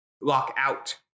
lockout